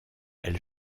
elle